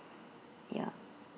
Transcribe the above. ya